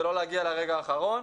ולא להגיע לרגע האחרון.